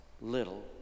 little